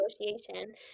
negotiation